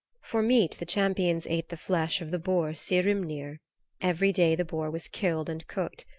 for meat the champions ate the flesh of the boar saehrimnir every day the boar was killed and cooked,